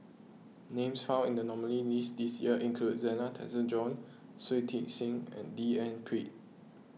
names found in the nominees' list this year include Zena Tessensohn Shui Tit Sing and D N Pritt